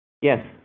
Yes